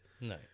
No